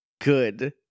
Good